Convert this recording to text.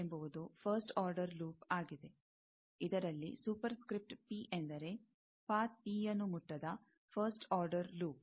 ಎಂಬುದು first order loop ಆಗಿದೆ ಇದರಲ್ಲಿ ಸೂಪರ್ ಸ್ಕ್ರಿಪ್ಟ್ ಪಿ ಎಂದರೆ ಪಾತ್ ಪಿನ್ನು ಮುಟ್ಟದ ಫಸ್ಟ್ ಆರ್ಡರ್ ಲೂಪ್